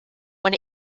when